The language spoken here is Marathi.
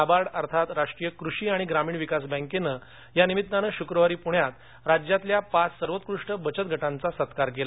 नाबार्ड अर्थात राष्ट्रीय कृषी आणि ग्रामीण विकास बँकेनं या निमित्तानं शुक्रवारी पूण्यात राज्यातल्या पाच सर्वोत्कृष्ट बचत गटांचा सत्कार केला